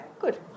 good